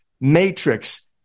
matrix